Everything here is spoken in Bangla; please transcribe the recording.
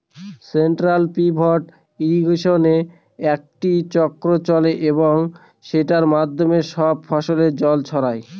সেন্ট্রাল পিভট ইর্রিগেশনে একটি চক্র চলে এবং সেটার মাধ্যমে সব ফসলে জল ছড়ায়